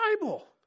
Bible